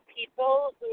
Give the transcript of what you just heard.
people